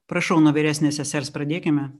prašau nuo vyresnės sesers pradėkime